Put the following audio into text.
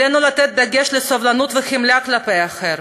עלינו לשים דגש על סבלנות וחמלה כלפי אחר,